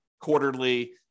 quarterly